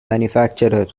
manufacturer